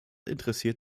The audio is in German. interessiert